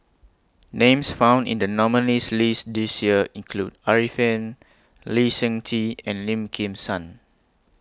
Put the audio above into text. Names found in The nominees' list This Year include Arifin Lee Seng Tee and Lim Kim San